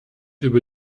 über